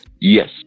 Yes